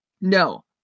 No